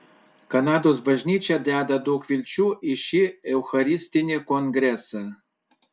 kanados bažnyčia deda daug vilčių į šį eucharistinį kongresą